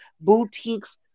boutiques